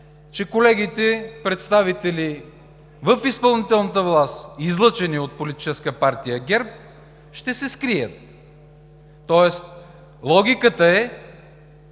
че колегите, представители в изпълнителната власт, излъчени от Политическа партия ГЕРБ ще се скрият. Тоест логиката е,